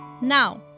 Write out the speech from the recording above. Now